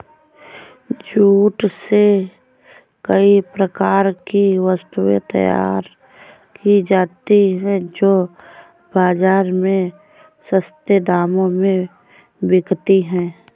jute से कई प्रकार की वस्तुएं तैयार की जाती हैं जो बाजार में सस्ते दामों में बिकती है